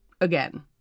again